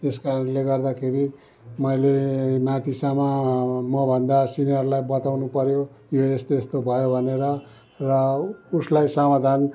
त्यस कारणले गर्दाखेरि मैले माथिसम्म म भन्दा सिनयरलाई बताउनु पऱ्यो यो यस्तो यस्तो भयो भनेर र उसलाई समाधान